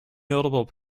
notable